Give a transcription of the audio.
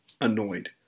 annoyed